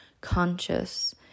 conscious